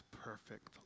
perfect